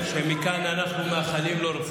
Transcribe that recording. תודה רבה.